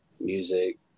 music